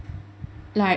like